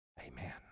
Amen